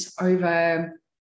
over